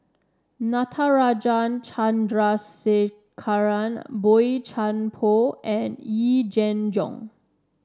Natarajan Chandrasekaran Boey Chuan Poh and Yee Jenn Jong